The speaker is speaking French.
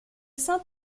saint